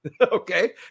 okay